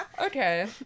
okay